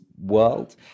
world